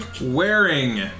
wearing